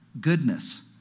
goodness